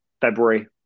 February